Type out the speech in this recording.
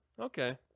okay